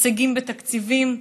הישגים בתקציבים,